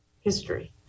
history